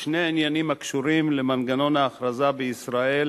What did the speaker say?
בשני עניינים הקשורים למנגנון ההכרזה בישראל